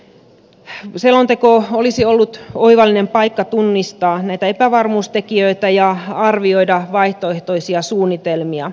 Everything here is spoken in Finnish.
eli selonteko olisi ollut oivallinen paikka tunnistaa epävarmuustekijöitä ja arvioida vaihtoehtoisia suunnitelmia